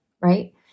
right